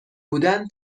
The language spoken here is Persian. بودن